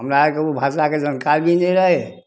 हमरा आरके ओ भाषाके जनकारी नहि रहै हइ